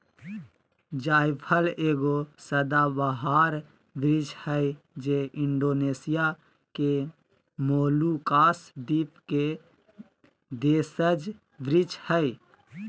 जायफल एगो सदाबहार वृक्ष हइ जे इण्डोनेशिया के मोलुकास द्वीप के देशज वृक्ष हइ